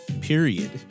period